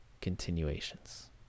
continuations